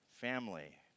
family